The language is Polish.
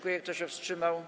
Kto się wstrzymał?